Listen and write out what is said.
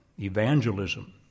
evangelism